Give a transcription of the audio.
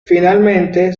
finalmente